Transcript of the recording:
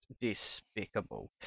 despicable